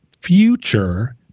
future